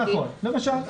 נכון, למשל.